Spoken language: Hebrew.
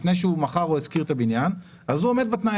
לפני שהוא מכר או השכיר את הבניין הוא עומד בתנאי